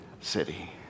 city